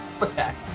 attack